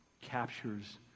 captures